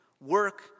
work